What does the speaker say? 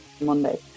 monday